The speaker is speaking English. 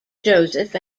joseph